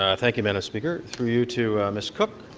ah thank you, madam speaker. through you to ms. cook,